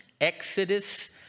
Exodus